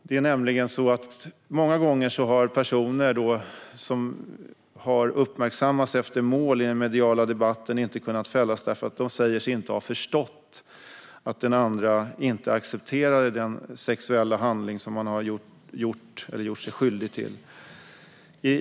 Det är nämligen många gånger så att personer som har uppmärksammats i den mediala debatten efter ett mål inte har kunnat fällas därför att de säger sig inte ha förstått att den andra inte accepterade den sexuella handling som de har begått eller gjort sig skyldiga till.